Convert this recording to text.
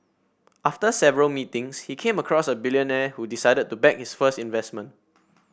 after several meetings he came across a billionaire who decided to back his first investment